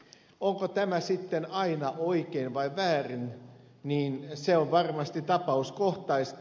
onko tämä sitten aina oikein vai väärin se on varmasti tapauskohtaista